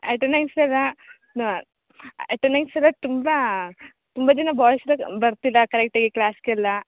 attendance ಎಲ್ಲ attendance ಎಲ್ಲ ತುಂಬ ತುಂಬ ಜನ ಬಾಯ್ಸ್ ಎಲ್ಲ ಬರ್ತಿಲ್ಲ ಕರೆಕ್ಟಾಗಿ ಕ್ಲಾಸಿಗೆಲ್ಲ